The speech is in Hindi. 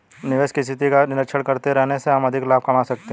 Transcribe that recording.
निवेश की स्थिति का निरीक्षण करते रहने से हम अधिक लाभ कमा सकते हैं